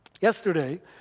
Yesterday